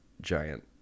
giant